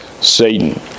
Satan